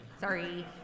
Sorry